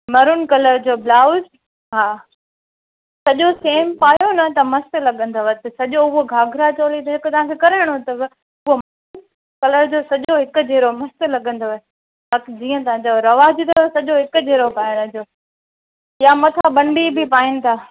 maroon colour जो blouse हा सॼो सेम पायो न त मस्तु लॻंदव त सॼो त सॼो उहो घाघरा चोली जेको तव्हां खे करिणो अथव उहो कलर जो हिकु जहिड़ो मस्तु लॻंदव बाक़ी जीअं तव्हां चओ रवाजु अथव मस्तु हिकु जहिड़ो पाइण जो या मथां बंदी बि पाइनि था